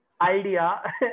idea